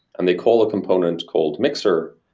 and they call a component called mixer,